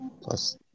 plus